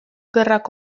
gerrak